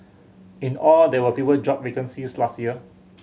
in all there were fewer job vacancies last year